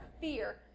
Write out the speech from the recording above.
fear